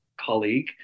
colleague